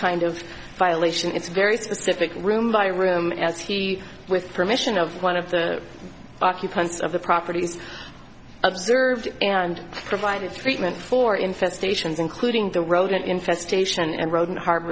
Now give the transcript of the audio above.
kind of violation it's very specific room by room as he with permission of one of the occupants of the property is observed and provided friedman for infestations including the rodent infestation and rodent hear